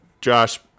Josh